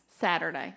saturday